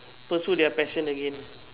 pursue their passion again